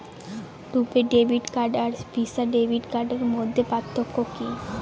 রূপে debit card আর Visa debit কার্ডের মধ্যে পার্থক্য কি?